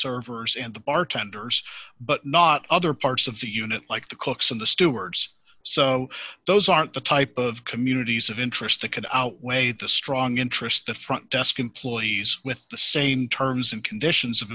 servers and the bartenders but not other parts of the unit like the cooks and the stewards so those aren't the type of communities of interest that could outweigh the strong interest the front desk employees with the same terms and conditions of